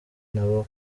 nabo